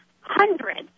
hundreds